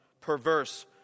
perverse